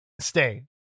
stay